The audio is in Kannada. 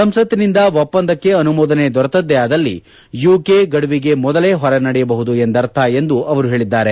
ಸಂಸತ್ತಿನಿಂದ ಒಪ್ಪಂದಕ್ಕೆ ಅನುಮೋದನೆ ದೊರೆತದ್ಲೇ ಆದಲ್ಲಿ ಯುಕೆ ಗಡುವಿಗೆ ಮೊದಲೇ ಹೊರ ನಡೆಯಬಹುದು ಎಂದರ್ಥ ಎಂದು ಅವರು ಹೇಳಿದ್ದಾರೆ